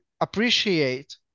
appreciate